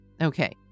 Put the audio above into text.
Okay